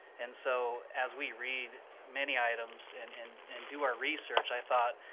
and so as we read many items and and and do our research, i thought,